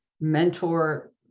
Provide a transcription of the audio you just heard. mentor